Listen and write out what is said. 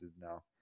now